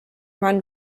run